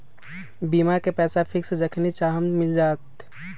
बीमा के पैसा फिक्स जखनि चाहम मिल जाएत?